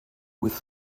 with